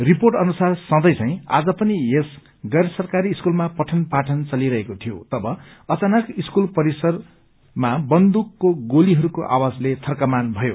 report अनुसार सँघै झैं आज पनि यस गैर सरकारी स्कूलमा पठन पाठन चलिरहेको थिया तव अचानक स्कूल परिसर बन्दूकको गोलीहरूको आवाजले थर्कमान भयो